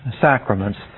sacraments